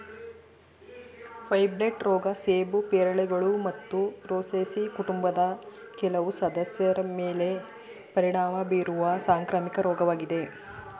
fire blight ರೋಗ ಸೇಬು ಪೇರಳೆಗಳು ಮತ್ತು ರೋಸೇಸಿ ಕುಟುಂಬದ ಕೆಲವು ಸದಸ್ಯರ ಮೇಲೆ ಪರಿಣಾಮ ಬೀರುವ ಸಾಂಕ್ರಾಮಿಕ ರೋಗವಾಗಿದೆ